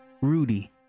Rudy